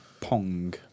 Pong